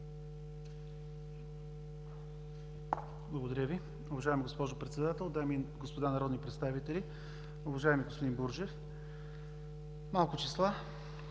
Благодаря Ви. Уважаема госпожо Председател, дами и господа народни представители! Уважаеми господин Бурджев, малко числа.